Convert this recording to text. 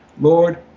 lord